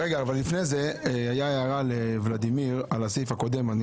הייתה הערה לולדימיר על הסעיף הקודם.